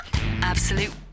Absolute